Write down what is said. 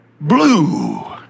Blue